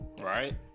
right